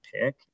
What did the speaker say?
pick